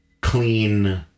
clean